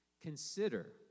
Consider